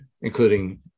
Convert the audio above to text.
including